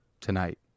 Tonight